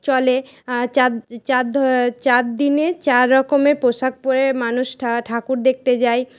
চলে চার দিনে চার রকমের পোশাক পরে মানুষ ঠাকুর দেখতে যায়